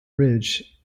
ridge